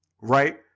right